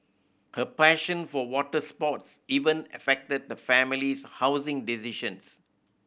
her passion for water sports even affected the family's housing decisions